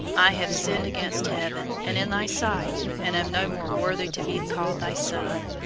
i have sinned against heaven, and in thy sight, and am no more worthy to be called thy son.